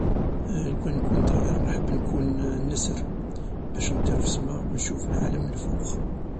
لوكان نكون طائر حاب نكون نسر باش نطير في السما و نشوف العام من فوق